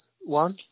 one